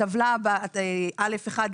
הטבלה א'1,